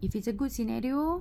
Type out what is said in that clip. if it's a good scenario